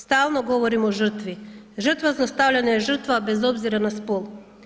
Stalno govorimo o žrtvi, žrtva zlostavljanja je žrtva bez obzira na spol.